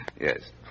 Yes